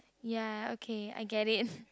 ya okay I get it